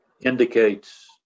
indicates